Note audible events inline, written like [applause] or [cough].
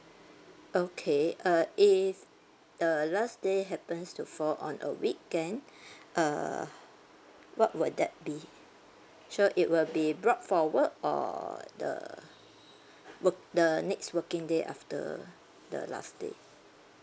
okay uh if the last day happens to fall on a weekend [breath] uh what would that be sure it will be brought forward or the work the next working day after the the last day